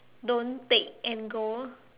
don't take and go